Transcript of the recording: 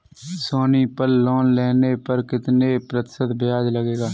सोनी पल लोन लेने पर कितने प्रतिशत ब्याज लगेगा?